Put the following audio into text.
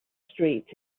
street